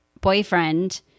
boyfriend